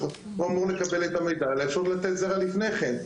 הוא אמור לקבל את המידע על האפשרות לתת זרע לפני כן.